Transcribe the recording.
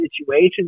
situations